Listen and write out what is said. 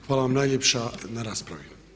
Hvala vam najljepša na raspravi.